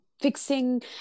Fixing